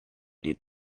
need